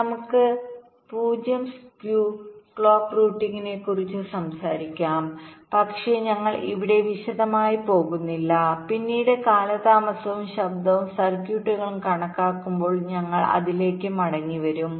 നമുക്ക് 0 skew clock റൂട്ടിംഗിനെക്കുറിച്ച് സംസാരിക്കാം പക്ഷേ ഞങ്ങൾ ഇവിടെ വിശദമായി പോകുന്നില്ല പിന്നീട് കാലതാമസവും ശബ്ദവും സർക്യൂട്ടുകളും കണക്കാക്കുമ്പോൾ ഞങ്ങൾ അതിലേക്ക് മടങ്ങിവരും